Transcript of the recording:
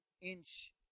inch